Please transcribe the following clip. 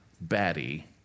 batty